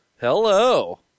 Hello